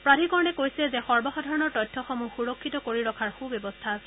প্ৰাধিকৰণে কৈছে যে সৰ্বসাধাৰণৰ তথ্যসমূহ সুৰক্ষিত কৰি ৰখাৰ সুব্যৱস্থা আছে